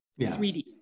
3D